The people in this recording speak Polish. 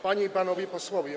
Panie i Panowie Posłowie!